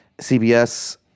CBS